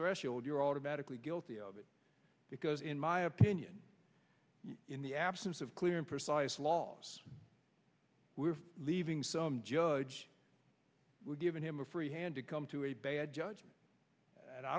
threshold you're automatically guilty of it because in my opinion in the absence of clear and precise laws we're leaving some judge given him a free hand to come to a bad judgment and i